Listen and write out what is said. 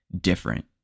different